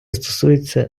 стосується